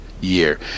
year